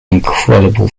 incredible